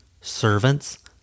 servants